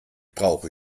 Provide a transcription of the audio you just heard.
brauche